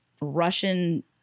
Russian